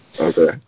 Okay